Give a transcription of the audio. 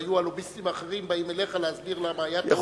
היו הלוביסטים האחרים באים אליך להסביר למה היתה טעות.